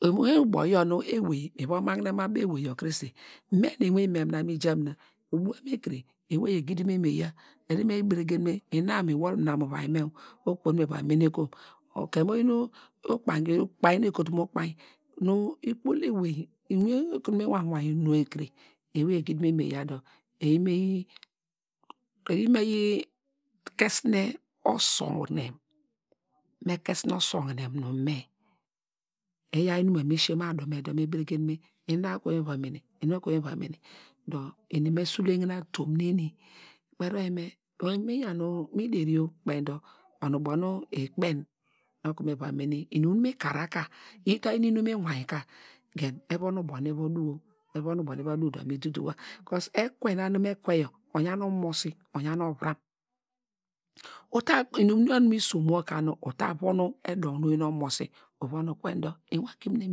Iwin ubo yor nu mi va magne mu abo ewey krese me nu iwin me mina mi ja mina ewey egidi me miya ubuwan ekire, edemeyi beregen me, ina va menekom, komu oyin nu ukpany nu ekotun mu ukpainy nu ikpol ewey inu okunu mi wane wing inu ekire, ewey egidi me miya dor eyi me kesine osovogine nu me, eyaw nu inum yor eya me sise mu adu me dor me beregen me ina okuveni nu eni me va mene dor eni me suvegine atomn neni kperi me, mi deri oo kpey dor ona ubo nu eni meva mene. Evon ubo na eva duw dor mi duduwa, kos ekue na nu me kwe yor oyan ovram oyan omosi, uta von ubo no okar` oyor nu oyi omosi uva kwe iwiny nu imi somwor ka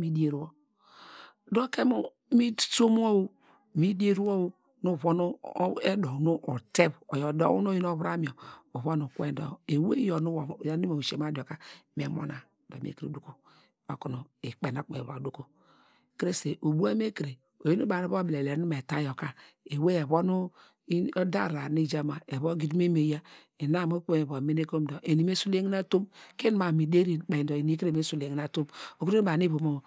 mi dier wor dor ke mu mi som wor, mi dier wor nu uvon nu edu̱w nu otev uva kwe, oyo eduw nu oyi ovram yor ewey nu me duko yor ka me mina dor me kuru von ubo nu ikpeiny evon me duko, ma nu unai obilele nu eni me ta yor ka ewey evon ide arar na evan me ya dor eni me sulene atomn ku inu mam mi deri kpeny dor eni kere me sulene atomn.